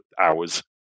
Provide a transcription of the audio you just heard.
hours